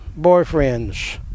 boyfriends